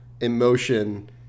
emotion